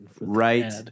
right